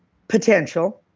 potential.